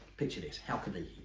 picture this halkidiki,